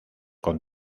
con